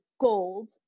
gold